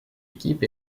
équipe